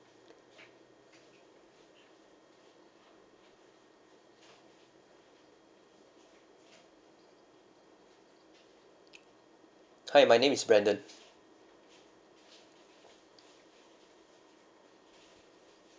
hi my name is brandon